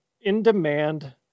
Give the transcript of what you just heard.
in-demand